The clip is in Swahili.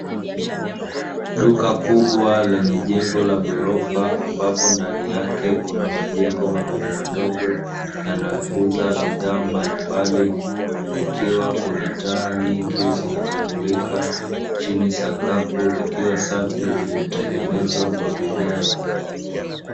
Duka kubwa lenye jengo la ghorofa ambapo ndani yake kuna majengo madogomadogo yanayouza bidhaa mbalimbali, zikiwa kuna taa nyingi zinazomulika chini, sakafu ikiwa safi iliyotengenezwa kwa vigae.